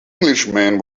englishman